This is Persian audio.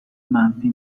منفی